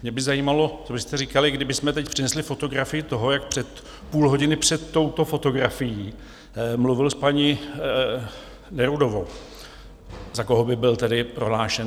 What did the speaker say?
Mě by zajímalo, co byste říkali, kdybychom teď přinesli fotografii toho, jak před půl hodinou před touto fotografií mluvil s paní Nerudovou, za koho by byl tedy prohlášen?